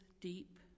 deep